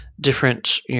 different